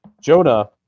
Jonah